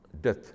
death